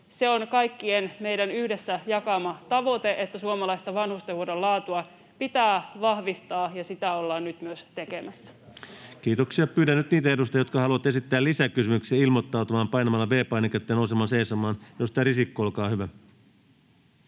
se on kaikkien meidän yhdessä jakama tavoite, että suomalaista vanhustenhoidon laatua pitää vahvistaa, ja sitä ollaan nyt myös tekemässä. [Petri Huru: Siirtäkää sitä rahoitusta kehitysavusta!] Kiitoksia. — Pyydän nyt niitä edustajia, jotka haluavat esittää lisäkysymyksiä, ilmoittautumaan painamalla V-painiketta ja nousemalla seisomaan. — Edustaja Risikko, olkaa hyvä.